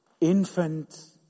infant